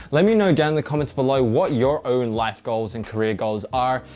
let me know down in the comments below what your own life goals and career goals are,